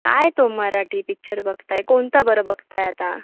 काय तो मराठी पिच्चर बघताय कोणता बरं बघताय आता